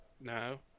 No